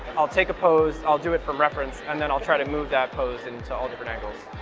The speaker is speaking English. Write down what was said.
i'll take a pose, i'll do it from reference, and then i'll try to move that pose into all different angles.